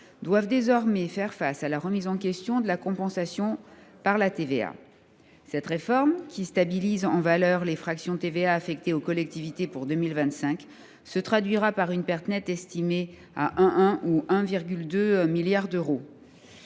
doivent désormais faire face à la remise en question de la compensation de la TVA. Cette réforme, qui stabilise en valeur les fractions de TVA affectées aux collectivités pour 2025, se traduira par une perte nette estimée à 1,1 milliard ou 1,2 milliard d’euros.